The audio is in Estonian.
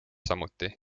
samuti